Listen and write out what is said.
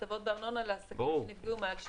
הטבות בארנונה לעסקים שנפגעו מעל 60%,